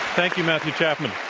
thank you, matthew chapman.